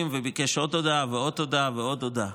וביקש עוד הודעה ועוד הודעה ועוד הודעה.